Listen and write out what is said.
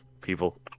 people